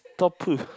stop